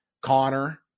Connor